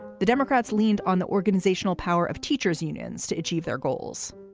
the democrats leaned on the organizational power of teachers unions to achieve their goals